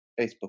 facebook